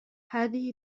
هذه